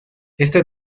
esta